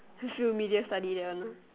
field media study that one ah